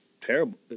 terrible